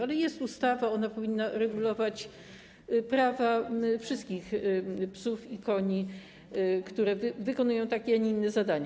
Ale jest ustawa, ona powinna regulować prawa wszystkich psów i koni, które wykonują takie, a nie inne zadania.